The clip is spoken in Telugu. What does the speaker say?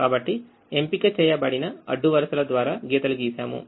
కాబట్టి ఎంపిక చేయబడిన అడ్డు వరుస ల ద్వారా గీతలు గీశాము